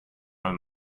mal